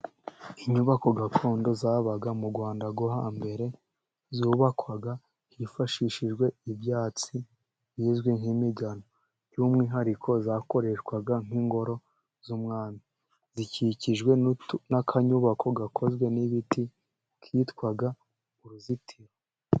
Inyubako gakondo zabaga mu rwanda rwo hambere zubakwaga hifashishijwe ibyatsi bizwi nk'imigano, by'umwihariko zakoreshwaga nk'ingoro z'umwami, zikikijwe n'akanyubako gakozwe n'ibiti kitwa uruzitiro.